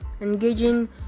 engaging